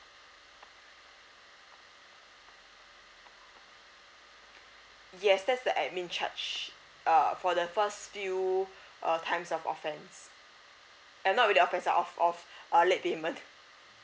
yes that's the administration charge err for the first few uh times of offence eh not really offence ah of of uh late payment